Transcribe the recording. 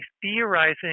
theorizing